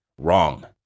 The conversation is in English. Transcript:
Wrong